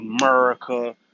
America